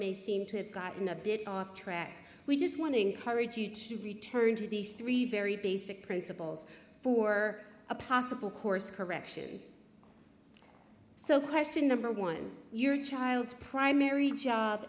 may seem to have gotten a bit off track we just want to encourage you to return to these three very basic principles for a possible course correction so question number one your child's primary